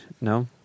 No